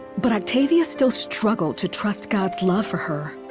but octavia still struggled to trust god's love for her.